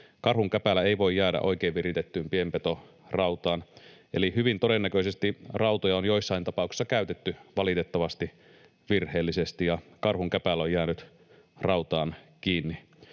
karhun käpälä ei voi jäädä oikein viritettyyn pienpetorautaan, eli hyvin todennäköisesti rautoja on joissain tapauksissa käytetty valitettavasti virheellisesti ja karhun käpälä on jäänyt rautaan kiinni.